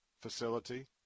facility